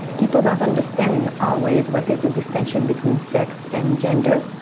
people don't understand always what is the distinction between sex and gender,